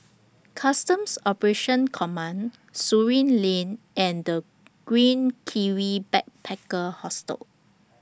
Customs Operations Command Surin Lane and The Green Kiwi Backpacker Hostel